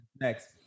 next